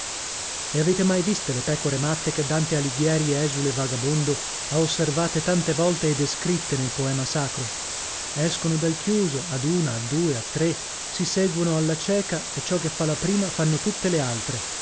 le avete mai viste le pecore matte che dante allighieri esule vagabondo ha osservate tante volte e descritte nel poema sacro escono dal chiuso ad una a due a tre si seguono alla cieca e ciò che fa la prima fanno tutte le altre